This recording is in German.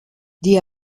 die